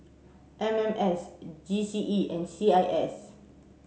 M M S G C E and C I S